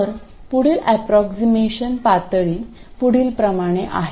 तर पुढील ऍप्रॉक्सीमेशन पातळी पुढील प्रमाणे आहे